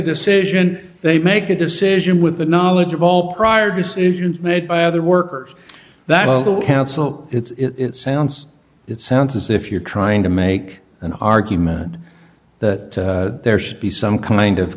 decision they make a decision with the knowledge of all prior decisions made by other workers that local council it's sounds it sounds as if you're trying to make an argument that there should be some kind of